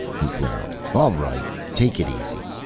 he growled, all right! take it easy